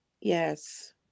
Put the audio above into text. Yes